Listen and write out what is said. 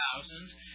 thousands